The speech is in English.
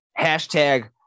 hashtag